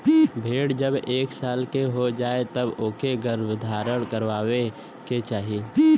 भेड़ जब एक साल के हो जाए तब ओके गर्भधारण करवाए के चाही